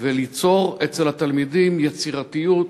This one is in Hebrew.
וליצור אצל התלמידים יצירתיות,